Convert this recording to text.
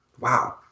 Wow